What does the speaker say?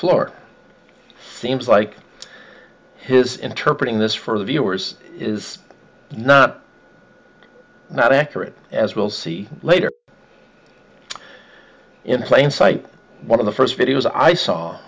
floor seems like his interpret in this for the viewers is not not accurate as we'll see later in plain site one of the first videos i saw